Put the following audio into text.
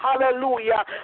Hallelujah